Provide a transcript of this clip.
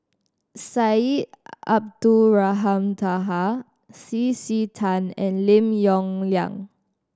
Syed Abdulrahman Taha C C Tan and Lim Yong Liang